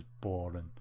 boring